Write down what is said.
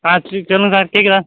last week சொல்லுங்கள் sir கேட்குதா